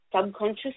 subconscious